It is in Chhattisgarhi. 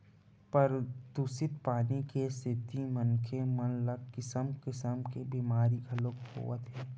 परदूसित पानी के सेती मनखे मन ल किसम किसम के बेमारी घलोक होवत हे